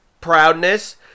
proudness